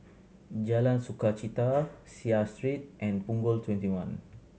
Jalan Sukachita Seah Street and Punggol Twenty one